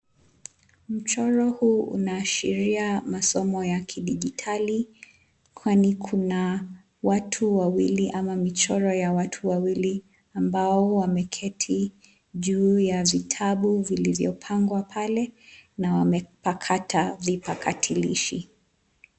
Mchoro huu unaashiria masomo ya kidijitali kwani kuna watu wawili ama michoro ya watu wawili ambao wameketi juu ya vitabu vilivyopangwa pale na wamepakata vipakatarishi.